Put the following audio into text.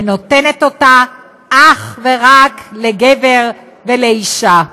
ונותנת אותה אך ורק לגבר ולאישה.